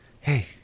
hey